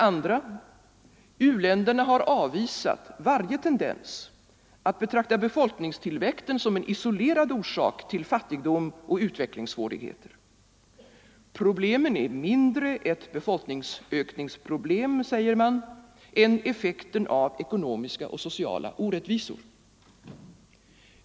U-länderna har avvisat varje tendens att betrakta befolkningstillväxten som en isolerad orsak till fattigdom och utvecklingssvårigheter. Problemet är mindre ett befolkningsökningsproblem, säger man, än effekten av ekonomiska och sociala orättvisor.